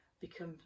become